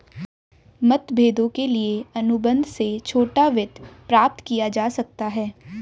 मतभेदों के लिए अनुबंध से छोटा वित्त प्राप्त किया जा सकता है